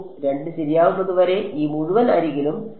2 ശരിയാകുന്നതുവരെ ഈ മുഴുവൻ അരികിലും 0